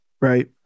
right